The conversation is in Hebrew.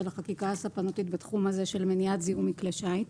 החקיקה הספנותית בתחום הזה של מניעת זיהום מכלי שיט.